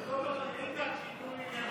שייתנו לי,